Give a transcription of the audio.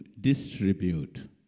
distribute